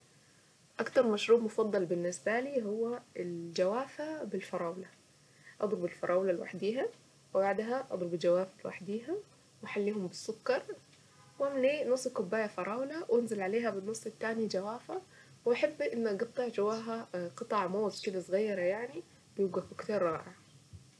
اكتر مشروب مفضل بالنسبة لي هو الجوافة بالفراولة. اضرب الفراولة لوحديها وبعدها اضرب الجوافة لوحديها واحليهم بسكر واملي نص كباية فراولة وانزل عليها بالنص التاني جوافة وحبة اني اقطع جواها قطع موز كده صغيرة يعني ويبقى كوكتيل رائع.